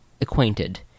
acquainted